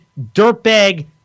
dirtbag